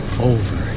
over